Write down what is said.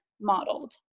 modeled